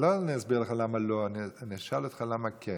אני לא אסביר לך למה לא, אני אשאל אותך למה כן.